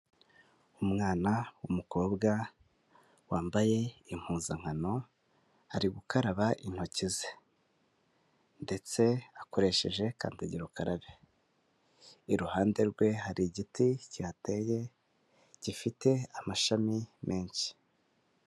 Umwana w'umukobwa wambaye impuzankano, ari gukaraba intoki ze. Ndetse akoresheje kandagira ukarabe. Iruhande rwe hari igiti kihateye, gifite amashami menshi.